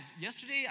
yesterday